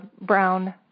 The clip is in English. brown